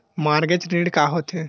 Mortgage ऋण का होथे?